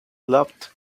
loved